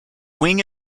wing